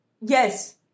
yes